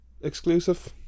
Exclusive